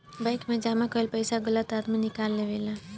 bank मे जमा कईल पइसा के गलत आदमी निकाल लेवेला